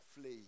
flee